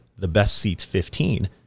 thebestseats15